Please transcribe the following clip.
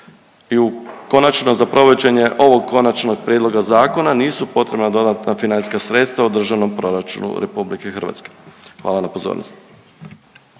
I u konačno, za provođenje ovog Konačnog prijedloga zakona nisu potrebna dodatna financijska sredstva u državnom proračunu RH. Hvala na pozornosti.